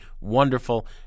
wonderful